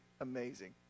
amazing